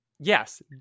yes